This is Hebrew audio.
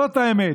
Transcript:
זאת האמת.